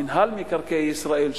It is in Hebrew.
מינהל מקרקעי ישראל,